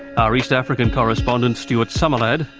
our east african correspondent, stewart summerlad,